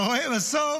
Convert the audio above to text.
אתה רואה, בסוף,